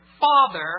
father